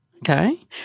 Okay